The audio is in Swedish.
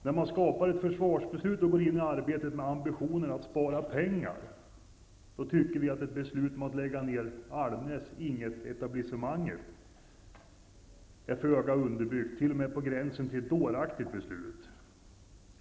När man förbereder ett försvarsbeslut och går in i arbetet med ambitionen att spara pengar synes ett beslut om att lägga ner Almnäs/Ing 1 etablissemanget som ett föga underbyggt -- t.o.m. som ett på gränsen till dåraktigt -- beslut.